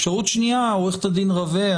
עורכת הדין רווה,